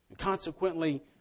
Consequently